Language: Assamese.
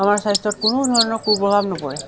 আমাৰ স্বাস্থ্যত কোনো ধৰণৰ কু প্ৰভাৱ নপৰে